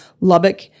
Lubbock